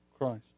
Christ